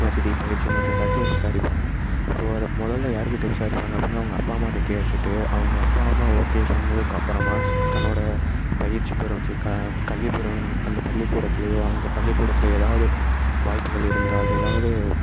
வசதி பயிற்சி மற்ற எல்லாத்தையும் விசாரிப்பாங்க ஸோ அது மொதலில் யாருக்கிட்ட விசாரிப்பாங்க அப்படின்னா அவங்க அப்பா அம்மாகிட்ட கேட்டுவிட்டு அவங்க அப்பா அம்மா ஓகே சொன்னதுக்கப்புறமா தன்னோடய பயிற்சி பெறும் சி க கல்விப்பெறும் அந்த பள்ளிக்கூடத்திலையோ அந்த பள்ளிக்கூடத்தில் ஏதாவது வாய்ப்புகள் இருந்தால் ஏதாவது